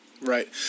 Right